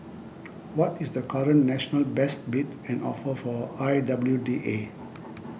what is the current national best bid and offer for I W D A